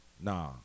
nah